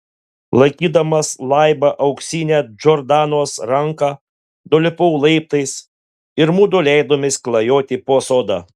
laikydamas laibą auksinę džordanos ranką nulipau laiptais ir mudu leidomės klajoti po sodą